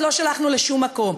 אז לא שלחנו לשום מקום,